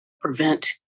prevent